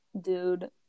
Dude